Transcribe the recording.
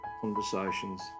Conversations